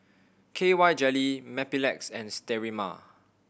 K Y Jelly Mepilex and Sterimar